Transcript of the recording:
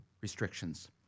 restrictions